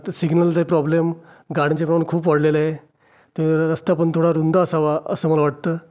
सिग्नलचे प्रॉब्लेम गाड्यांचे प्रमाण खूप वाढलेलं आहे तर रस्ता पण थोडा रुंद असावा असं मला वाटतं